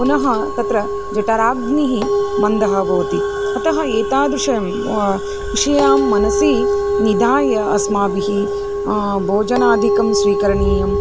पुनः तत्र जठराग्निः मन्दः भवति अतः एतादृशान् विषयान् मनसि निधाय अस्माभिः भोजनादिकं स्वीकरणीयम्